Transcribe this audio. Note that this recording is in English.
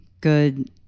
good